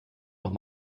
noch